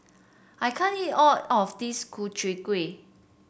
I can't eat all of this Ku Chai Kuih